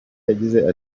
yagize